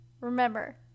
Remember